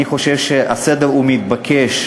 אני חושב שהסדר מתבקש,